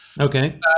Okay